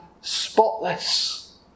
spotless